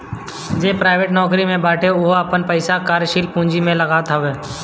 जे प्राइवेट नोकरी में बाटे उहो आपन पईसा कार्यशील पूंजी में लगावत हअ